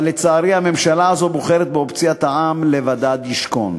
אבל לצערי הממשלה הזאת בוחרת באופציית ה"עם לבדד ישכון".